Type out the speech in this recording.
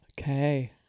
Okay